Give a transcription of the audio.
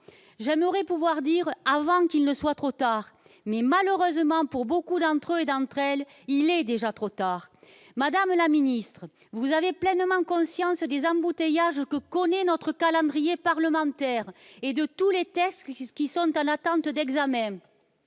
J'aimerais pouvoir dire « avant qu'il ne soit trop tard ». Mais, malheureusement pour beaucoup d'entre eux et d'entre elles, il est déjà trop tard. Madame la ministre, vous avez pleinement conscience des embouteillages que connaît notre calendrier parlementaire, avec tous les textes qui sont en attente d'examen.